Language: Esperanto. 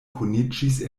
kuniĝis